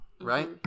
right